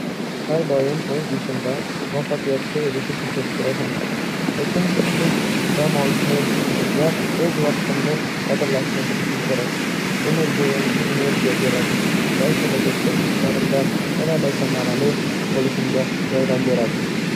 Har doim o'z ishimda muvaffaqiyatga erishish uchun kurashaman. Lekin shuningdek, dam olishni va o'z vaqtimni qadrlashni bilishim kerak. Bu menga yangi energiya beradi va kelajakdagi ishlarimda yanada samarali bo'lishimga yordam beradi.